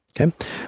okay